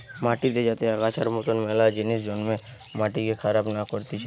মাটিতে যাতে আগাছার মতন মেলা জিনিস জন্মে মাটিকে খারাপ না করতিছে